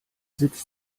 sitzt